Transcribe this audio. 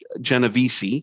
Genovese